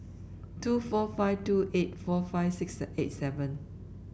two four five two eight four five six eight seven